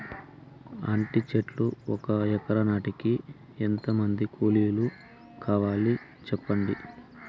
అంటి చెట్లు ఒక ఎకరా నాటేకి ఎంత మంది కూలీలు కావాలి? సెప్పండి?